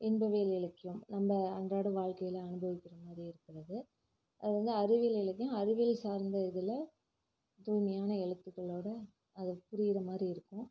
இன்பவியல் இலக்கியம் நம்ம அன்றாட வாழ்க்கையில் அனுபவிக்கிற மாதிரி இருக்கிறது அது வந்து அறிவியல் இலக்கியம் அறிவியல் சார்ந்த இதில் தூய்மையான எழுத்துக்களோட அது புரிகிற மாதிரி இருக்கும்